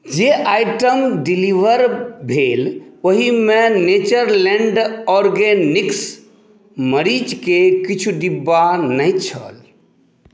जे item deliver भेल ओहिमे नेचरलैंड ऑर्गेनिक्स मरीचके किछु डिब्बा नहि छल